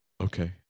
Okay